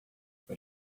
para